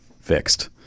Fixed